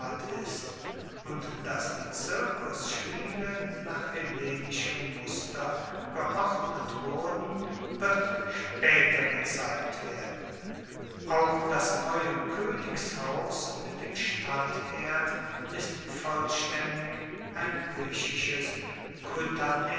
ist und dass die circusspiele nach hellenischem muster geordnet wurden wird spaeter gezeigt werden auch das neue koenigshaus mit dem stadtherd ist vollstaendig ein griechisches